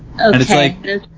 Okay